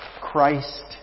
Christ